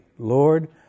Lord